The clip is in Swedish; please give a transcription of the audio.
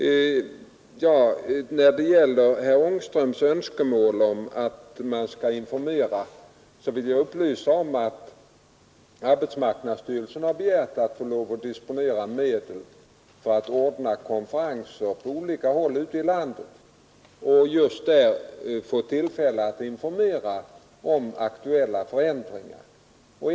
Beträffande herr Ångströms önskemål att man skall informera vill jag upplysa om att arbetsmarknadsstyrelsen begärt att få disponera medel för att ordna konferenser på olika håll ute i landet och just där få tillfälle att informera om aktuella förändringar.